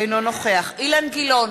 אינו נוכח אילן גילאון,